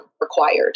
required